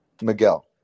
Miguel